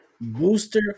Booster